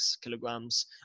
kilograms